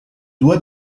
doit